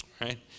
right